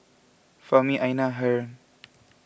Fahmi Aina Haron